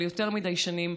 אבל יותר מדי שנים,